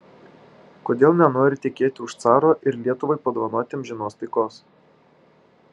kodėl nenori tekėti už caro ir lietuvai padovanoti amžinos taikos